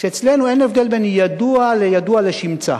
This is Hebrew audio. שאצלנו אין הבדל בין "ידוע" ל"ידוע לשמצה",